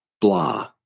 Blah